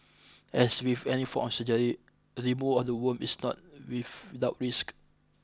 as with any form of surgery removal of the womb is not without risks